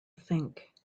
think